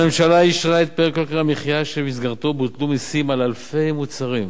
הממשלה אישרה את פרק יוקר המחיה שבמסגרתו בוטלו מסים על אלפי מוצרים,